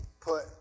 put